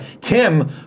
Tim